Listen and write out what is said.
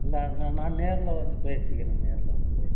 இல்லை அதலாம் நான் நேரில் வந்து பேசிக்கிறேன் நேரில் வந்து பேசிக்கிறேன்